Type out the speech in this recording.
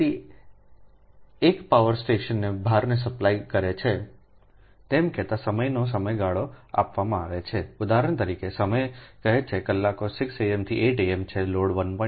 તેથી એક power station ભારને સપ્લાય કરે છે તેમ કહેતા સમયનો સમયગાળો આપવામાં આવે છે ઉદાહરણ તરીકે સમય કહે છે કલાકો 6 am થી 8 am છે લોડ 1